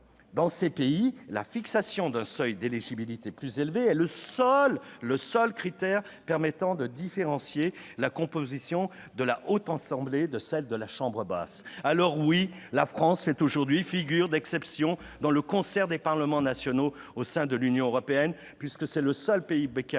dans ces pays, la fixation d'un seuil d'éligibilité plus élevé est le seul critère permettant de différencier la composition de la Haute Assemblée de celle de la chambre basse. Alors, oui, la France fait bien figure d'exception dans le concert des parlements nationaux au sein de l'Union européenne, puisque c'est le seul pays bicaméral